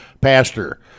pastor